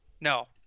no